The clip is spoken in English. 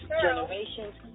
generation's